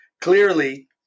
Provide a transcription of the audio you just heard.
clearly